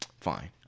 fine